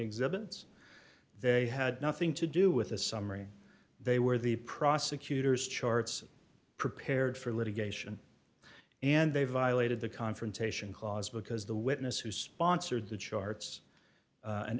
exhibits they had nothing to do with the summary they were the prosecutors charts prepared for litigation and they violated the confrontation clause because the witness who sponsored the charts an an